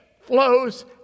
flows